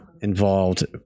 involved